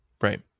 Right